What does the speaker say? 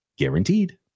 Guaranteed